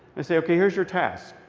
i say, okay, here's your task.